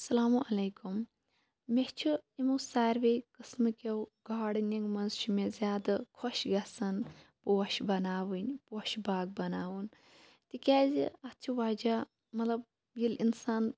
السَلامُ علیکُم مےٚ چھِ یِمو ساروٕے قٕسمہٕ کیو گاڑنِنگ مَنٛز چھِ مےٚ زیادٕ خۄش گَژھان پوش بناوٕنۍ پوشہِ باغ بناوُن تہِ کیازِ اَتھ چھِ وَجہہ مطلب ییٚلہِ اِنسان